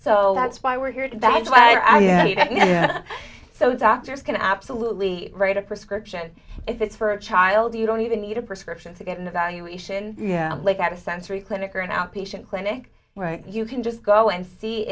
so that's why we're here to that's why i so doctors can absolutely write a prescription if it's for a child you don't even need a prescription to get an evaluation like at a sensory clinic or an outpatient clinic where you can just go and see